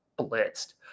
blitzed